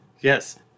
Yes